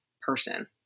person